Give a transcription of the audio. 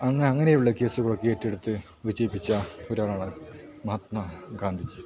അന്ന് അങ്ങനെയുള്ള കേസുകൾ ഏറ്റെടുത്ത് വിജയിപ്പിച്ച ഒരാളാണ് മഹാത്മാ ഗാന്ധിജി